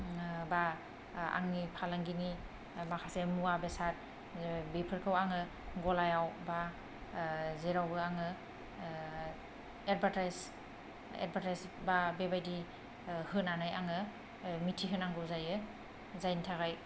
बा आंनि फालांगिनि माखासे मुवा बेसाद जेनबा बेफोरखौ आङो गलायाव बा जेरावबो आङो एदभार्तायज बा बेबायदि होनानै आङो मिथिहोनांगौ जायो जायनि थाखाय